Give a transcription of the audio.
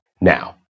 Now